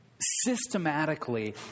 systematically